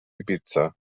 ibiza